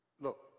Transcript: look